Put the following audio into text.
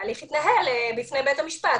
ההליך יתנהל בפני בית המשפט,